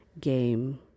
game